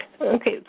Okay